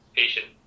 patient